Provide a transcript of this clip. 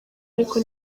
ariko